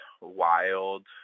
wild